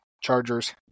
Chargers